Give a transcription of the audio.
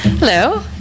Hello